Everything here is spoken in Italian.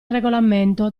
regolamento